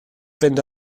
fynd